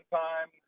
time